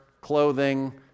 clothing